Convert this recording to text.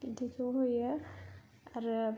बिदिखौ होयो आरो